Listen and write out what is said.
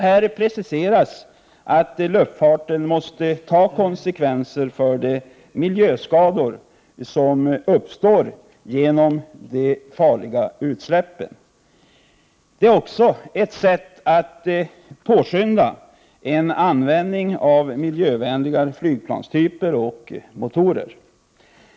Där preciseras att luftfarten måste ta konsekvenserna av de miljöskador som uppstår genom de farliga utsläppen. Det är också ett sätt att påskynda en användning av miljövänligare flygplanstyper och motorer.